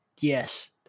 yes